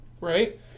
right